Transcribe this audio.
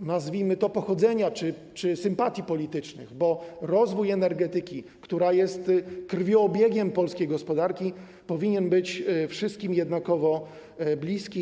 nazwijmy to, pochodzenie czy sympatie polityczne, bo rozwój energetyki, która jest krwiobiegiem polskiej gospodarki, powinien być wszystkim jednakowo bliski.